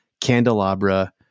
candelabra